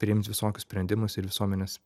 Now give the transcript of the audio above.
priimt visokius sprendimus ir visuomenės